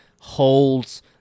holds